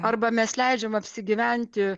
arba mes leidžiam apsigyventi